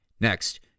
Next